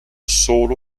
solo